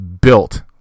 built